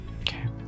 okay